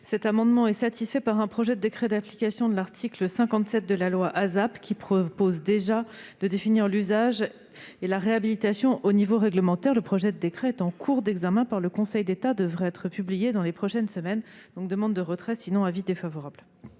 me paraît déjà satisfaite par un projet de décret d'application de l'article 57 de la loi ASAP, qui prévoit de définir l'usage et la réhabilitation au niveau réglementaire. Le projet de décret, en cours d'examen par le Conseil d'État, devrait être publié dans les prochaines semaines. Je demande donc le retrait de ces amendements